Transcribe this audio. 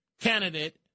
candidate